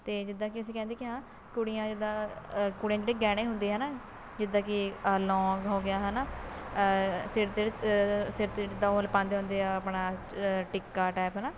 ਅਤੇ ਜਿੱਦਾਂ ਕਿ ਅਸੀਂ ਕਹਿੰਦੇ ਕਿ ਹਾਂ ਕੁੜੀਆਂ ਜਿੱਦਾਂ ਕੁੜੀਆਂ ਜਿਹੜੇ ਗਹਿਣੇ ਹੁੰਦੇ ਹੈ ਨਾ ਜਿੱਦਾਂ ਕਿ ਲੋਂਗ ਹੋ ਗਿਆ ਹੈ ਨਾ ਸਿਰ 'ਤੇ ਸਿਰ 'ਤੇ ਜਿੱਦਾਂ ਉਹ ਪਾਉਂਦੇ ਹੁੰਦੇ ਆ ਆਪਣਾ ਟਿੱਕਾ ਟਾਈਪ ਹੈ ਨਾ